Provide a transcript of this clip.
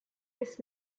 its